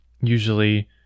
usually